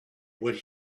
would